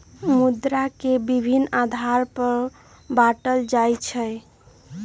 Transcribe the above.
मुद्रा के विभिन्न आधार पर बाटल जाइ छइ